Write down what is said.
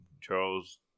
Charles